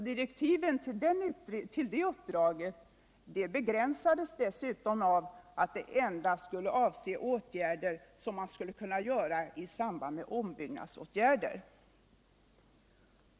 Direktiven till det uppdraget begränsades dessutom av att det endast skulle avse åtgärder som skulle kunna vidtas I samband med ombyggnad.